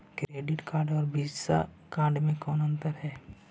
Credit card और Visa card मे कौन अन्तर है?